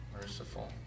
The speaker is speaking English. Merciful